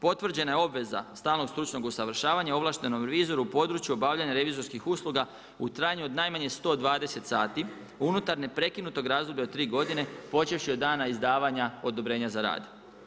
Potvrđena je obveza stalnog stručnog usavršavanja ovlaštenom revizoru u području obavljanja revizorskih usluga u trajanju najmanje 120 sati unutar neprekinutog razdoblja od tri godine počevši od dana izdavanja odobrenja za rad.